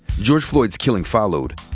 george floyd's killing followed.